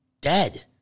dead